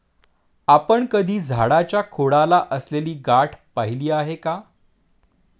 आपण कधी झाडाच्या खोडाला असलेली गाठ पहिली आहे का?